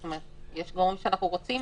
זאת אומרת, יש דברים שאנחנו רוצים.